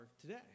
today